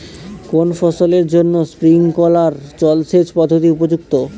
কোন ফসলের জন্য স্প্রিংকলার জলসেচ পদ্ধতি উপযুক্ত?